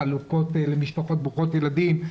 החלוקות למשפחות ברוכות ילדים,